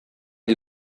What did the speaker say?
die